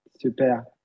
Super